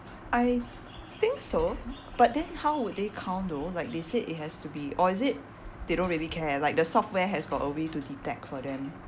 I think so but then how would they count though like they said it has to be or is it they don't really care like the software has got a way to detect for them